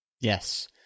Yes